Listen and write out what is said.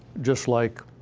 just like